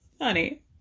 Honey